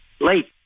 late